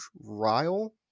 Ryle